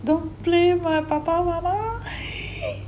don't play my papa mama